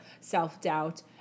self-doubt